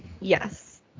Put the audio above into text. yes